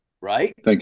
right